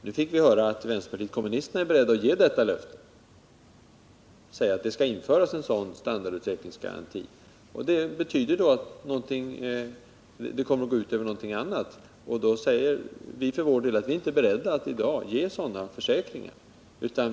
Nu fick vi höra att vänsterpartiet kommunisterna är berett att ge detta löfte, att det skall införas en standardutvecklingsgaranti. Det kommer då att gå ut över någonting annat, och vi säger för vår del att vi inte är beredda att nu ge sådana försäkringar.